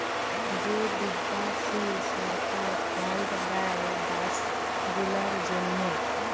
যে বিদ্যাশি সরকার ফাল্ড দেয় দ্যাশ গুলার জ্যনহে